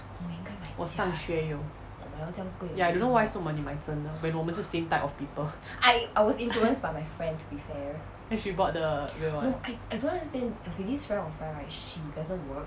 我上学有 ya I don't know why 你买真的 when 我们是 same type of people then she bought the real one